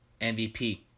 MVP